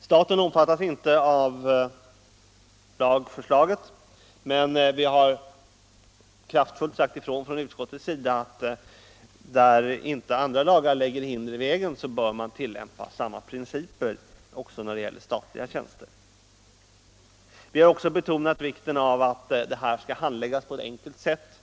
Staten omfattas inte av lagförslaget. men från utskottets sida har vi kraftfullt sagt ifrån att där inte andra lagar lägger hinder i vägen bör man tillämpa samma principer också när det gäller statliga tjänster. Vi har betonat vikten av att detta skall handläggas på ett enkelt sätt.